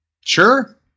Sure